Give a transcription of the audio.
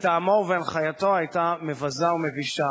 מטעמו ובהנחייתו, היתה מבזה ומבישה.